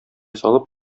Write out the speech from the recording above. салып